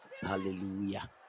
hallelujah